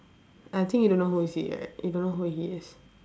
I think you don't know who is he right you don't know who he is